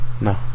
No